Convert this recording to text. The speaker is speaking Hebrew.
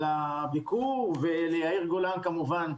על הביקור, וליאיר גולן כמובן,